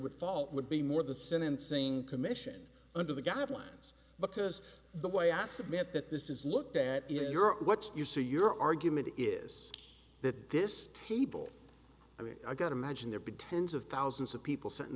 would fault would be more the sentencing commission under the guidelines because the way i submit that this is looked at is your what's your so your argument is that this table i mean i got imagine there'd be tens of thousands of people